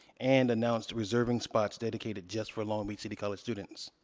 and announced reserving spots dedicated just for long beach city college students.